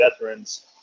veterans